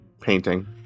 painting